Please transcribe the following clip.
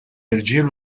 irġiel